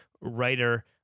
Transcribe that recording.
writer